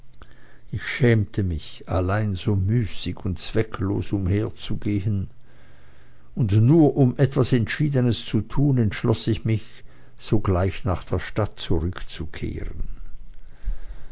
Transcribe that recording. ich schämte mich allein so müßig und zwecklos umherzugehen und um nur etwas entschiedenes zu tun entschloß ich mich sogleich nach der stadt zurückzukehren